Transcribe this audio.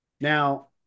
Now